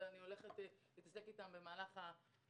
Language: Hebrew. אבל אני הולכת להתעסק אתם בשנים הקרובות,